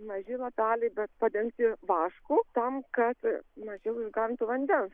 maži lapeliai bet padengti vašku tam kad mažiau išgarintų vandens